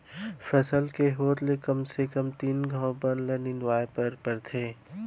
फसल के होत ले कम से कम तीन घंव बन निंदवाए बर परथे